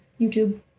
YouTube